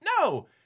no